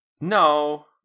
No